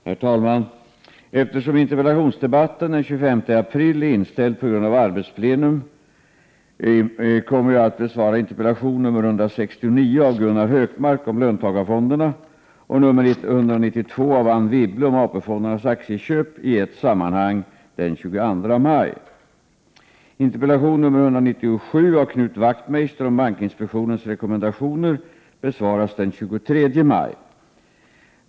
Herr talman! Eftersom interpellationsdebatten den 25 april är inställd på grund av arbetsplenum, kommer jag att besvara interpellation 169 av Gunnar Hökmark om löntagarfonderna och 192 av Anne Wibble om AP-fondernas aktieköp i ett sammanhang den 22 maj.